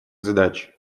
задач